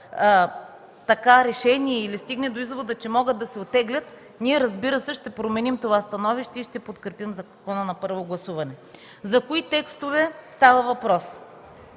решение или стигне до извода, че могат да се оттеглят, разбира се, ние ще променим това становище и ще подкрепим закона на първо гласуване. За кои текстове става въпрос?